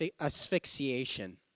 asphyxiation